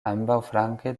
ambaŭflanke